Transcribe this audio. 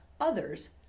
others